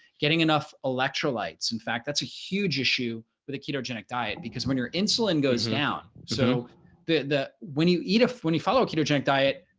getting enough electrolytes. in fact, that's a huge issue with a ketogenic diet because when your insulin goes down so that that when you eat if when you follow a ketogenic diet,